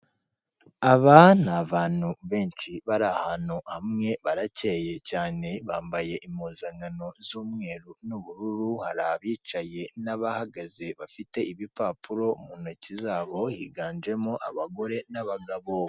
Aba ni abantu benshi bari ahantu hamwe baracyeye cyane bambaye impuzankano z'umweru n'ubururu, hari abicaye n'abahagaze bafite ibipapuro mu ntoki zabo higanjemo abagore n'abagabo.